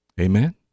amen